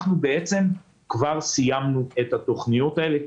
אנחנו בעצם כבר סיימנו את התוכניות הללו,